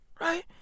Right